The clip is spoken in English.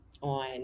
on